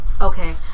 Okay